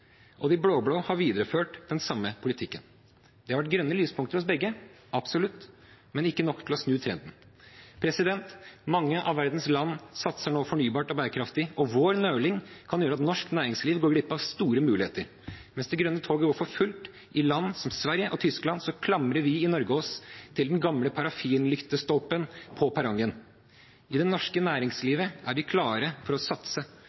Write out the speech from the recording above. og de blå-blå har videreført den samme politikken. Det har vært grønne lyspunkter hos begge, absolutt, men ikke nok til å snu trenden. Mange av verdens land satser nå fornybart og bærekraftig, og vår nøling kan gjøre at norsk næringsliv går glipp av store muligheter. Mens det grønne toget går for fullt i land som Sverige og Tyskland, klamrer vi i Norge oss til den gamle parafinlyktestolpen på perrongen. I det norske næringslivet er vi klare til å satse,